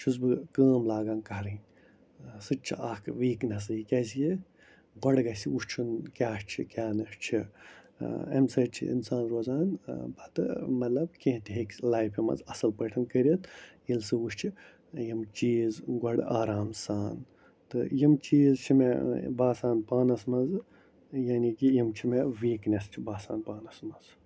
چھُس بہٕ کٲم لاگان کَرٕنۍ سُہ تہِ چھُ اَکھ ویٖکنٮ۪سٕے کیٛازِ یہِ گۄڈٕ گژھِ وٕچھُن کیٛاہ چھُ کیٛاہ نہٕ چھُ امہِ سۭتۍ چھِ اِنسان روزان پَتہٕ مطلب کیٚنٛہہ تہِ ہیٚکہِ لایفہِ منٛز اَصٕل پٲٹھۍ کٔرِتھ ییٚلہِ سُہ وٕچھِ یِم چیٖز گۄڈٕ آرام سان تہٕ یِم چیٖز چھِ مےٚ باسان پانَس منٛزٕ یعنی کہِ یِم چھِ مےٚ ویٖکنٮ۪س چھِ باسان پانَس منٛز